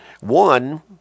one